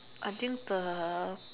I think the